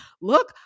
look